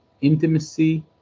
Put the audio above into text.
Intimacy